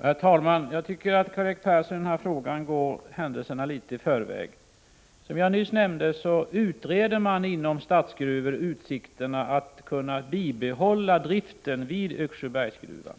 Herr talman! Jag tycker att Karl-Erik Persson i den här frågan går händelserna litet i förväg. Som jag nyss nämnde utreder man inom AB 21 Statsgruvor utsikterna att kunna bibehålla driften vid Yxsjöbergsgruvan.